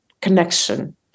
connection